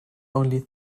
only